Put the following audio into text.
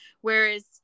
Whereas